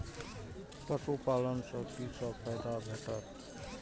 पशु पालन सँ कि सब फायदा भेटत?